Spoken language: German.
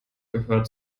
gehört